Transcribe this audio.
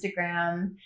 Instagram